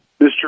Mr